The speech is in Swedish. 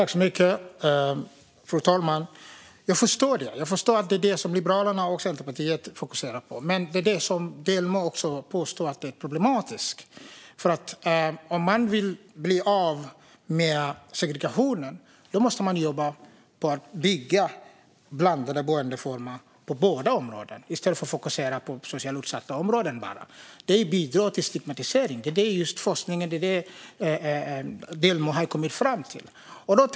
Fru talman! Jag förstår att det är det som Liberalerna och Centerpartiet fokuserar på. Men det är det som Delmos också påstår är problematiskt. Om man vill bli av med segregationen måste man jobba på att bygga blandade boendeformer i alla områden i stället för att fokusera på bara socialt utsatta områden. Det bidrar till stigmatiseringen. Det är det som forskning och Delmos har kommit fram till.